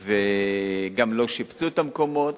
וגם לא שיפצו את המקומות.